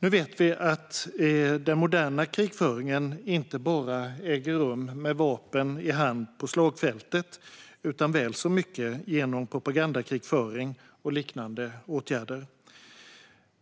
Vi vet att den moderna krigföringen inte bara äger rum med vapen i hand på slagfältet, utan väl så mycket genom propagandakrigföring och liknande åtgärder.